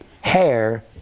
hair